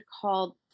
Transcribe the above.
called